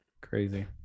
crazy